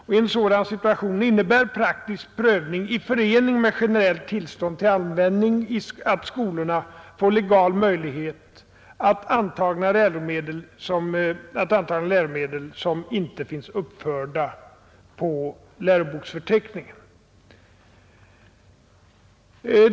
Och i en sådan situation innebär praktisk prövning i förening med generellt tillstånd till användning att skolorna får legal möjlighet att antaga läromedel som inte finns uppförda på läroboksförteckningen.